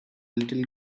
little